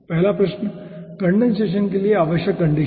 पहला प्रश्न कंडेनसेशन के लिए आवश्यक कंडीशन